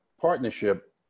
partnership